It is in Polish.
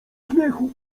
śmiechu